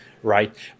right